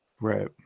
Right